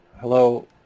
Hello